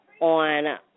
on